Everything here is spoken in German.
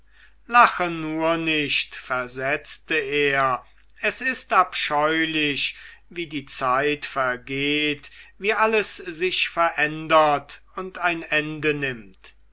lache nur nicht versetzte er es ist abscheulich wie die zeit vergeht wie alles sich verändert und ein ende nimmt